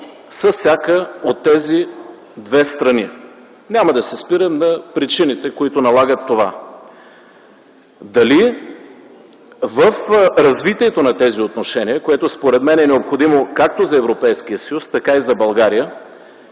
с всяка от тези две страни. Няма да се спирам на причините, които налагат това. Дали в развитието на тези отношения, което според мен е необходимо както за Европейския съюз, така и за България,